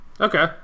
Okay